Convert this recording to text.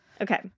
Okay